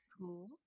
Cool